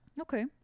Okay